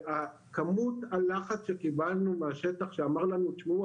וכמות הלחץ שקיבלנו מהשטח שאמר לנו 'תשמעו,